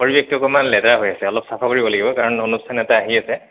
পৰিৱেশটো অকণমান লেতেৰা হৈ আছে অলপ চাফা কৰিব লাগিব কাৰণ অনুষ্ঠান এটা আহি আছে